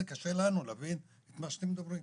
קשה לנו להבין את מה שאתם מדברים עליו.